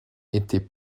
étaient